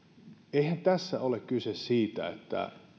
eihän tässä ole kyse siitä että